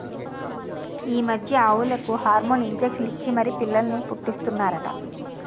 ఈ మధ్య ఆవులకు హార్మోన్ ఇంజషన్ ఇచ్చి మరీ పిల్లల్ని పుట్టీస్తన్నారట